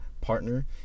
partner